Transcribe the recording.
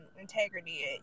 integrity